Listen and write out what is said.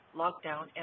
lockdown